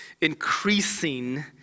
increasing